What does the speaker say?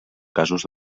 casos